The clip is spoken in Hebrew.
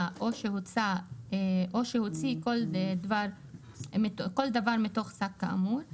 או שהוציא כל דבר מתוך השק האמור,